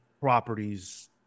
properties